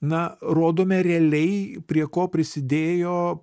na rodome realiai prie ko prisidėjo